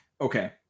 Okay